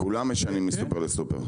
כולם משנעים מסופר לסופר.